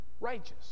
righteous